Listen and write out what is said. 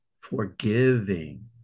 Forgiving